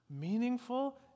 meaningful